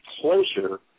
closer